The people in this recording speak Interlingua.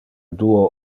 duo